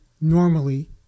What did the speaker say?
normally